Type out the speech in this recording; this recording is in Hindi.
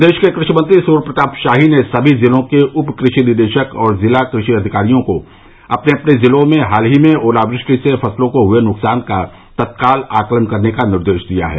प्रदेश के कृषि मंत्री सूर्य प्रताप शाही ने सभी जिलों के उप कृषि निदेशक और जिला कृषि अधिकारियों को अपने अपने ज़िलों में हाल ही में ओलावृष्टि से फसलों को हुए नुकसान का तत्काल आकलन करने का निर्देश दिया है